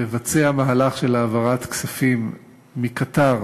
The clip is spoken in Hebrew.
לבצע מהלך של העברת כספים מקטאר